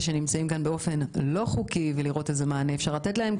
שנמצאים כאן באופן לא חוקי ולראות איזה מענה אפשר לתת להם.